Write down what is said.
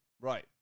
Right